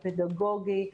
הפדגוגי,